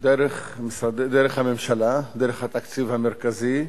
דרך הממשלה, דרך התקציב המרכזי,